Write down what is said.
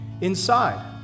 inside